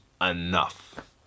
enough